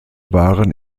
waren